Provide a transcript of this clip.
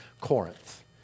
Corinth